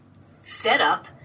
setup